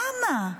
למה?